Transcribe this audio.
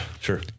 Sure